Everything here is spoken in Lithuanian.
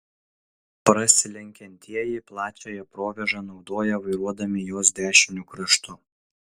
prasilenkiantieji plačiąją provėžą naudoja vairuodami jos dešiniu kraštu